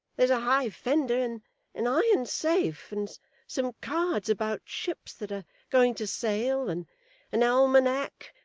there's a high fender, and an iron safe, and some cards about ships that are going to sail, and an almanack,